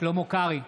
שלמה קרעי,